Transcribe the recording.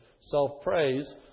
self-praise